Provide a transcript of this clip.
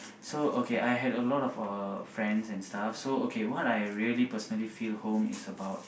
so okay I had a lot of uh friends and stuffs so okay what I really personally feel home is about